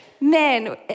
man